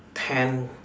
ten